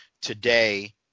today